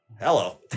Hello